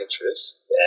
interest